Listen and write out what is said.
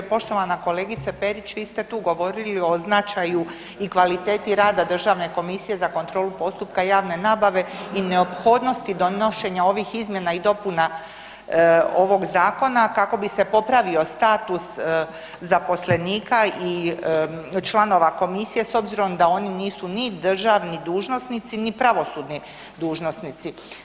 Poštovana kolegice Perić, vi ste tu govorili o značaju i kvaliteti rada Državne komisije za kontrolu postupka javne nabave i neophodnosti donošenja ovih izmjena i dopuna ovog zakona kako bi se popravio status zaposlenika i članova komisije s obzirom da oni nisu ni državni dužnosnici, ni pravosudni dužnosnici.